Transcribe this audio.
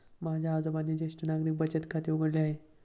माझ्या आजोबांनी ज्येष्ठ नागरिक बचत खाते उघडले आहे